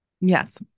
Yes